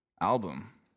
album